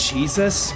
Jesus